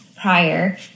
prior